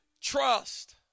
trust